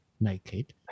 naked